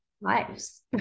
lives